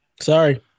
Sorry